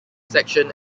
section